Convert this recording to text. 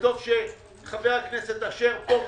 וטוב שחבר הכנסת אשר פה,